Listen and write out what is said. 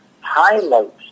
highlights